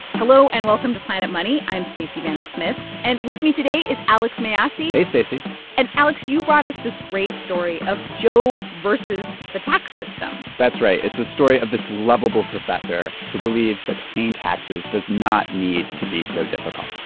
hello, and welcome to planet money. i'm stacey vanek smith. and with me today is alex mayyasi hey, stacey and, alex, you brought us this great story of joe versus the tax system that's right. it's the story of this lovable professor who believes that paying taxes does not need to be so difficult.